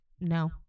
no